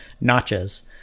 notches